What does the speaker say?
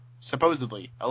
Supposedly